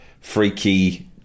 freaky